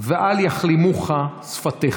ואל יכלימוך שפתיך.